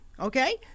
Okay